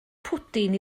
pwdin